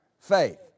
Faith